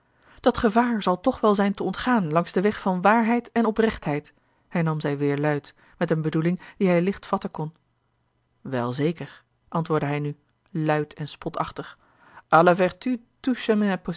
dat gevaar zal toch wel zijn te ontgaan langs den weg van waarheid en oprechtheid hernam zij weêr luid met eene bedoeling die hij licht vatten kon wel zeker antwoordde hij nu luid en spotachtig